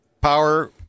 Power